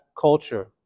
culture